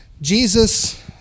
Jesus